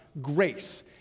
grace